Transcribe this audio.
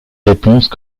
réponses